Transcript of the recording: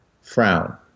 frown